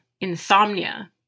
insomnia